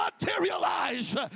materialize